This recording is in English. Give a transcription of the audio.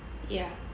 ya